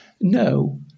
No